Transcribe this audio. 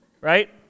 right